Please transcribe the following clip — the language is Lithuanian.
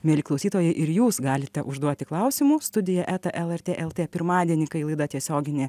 mieli klausytojai ir jūs galite užduoti klausimų studija eta lrt lt pirmadienį kai laida tiesioginė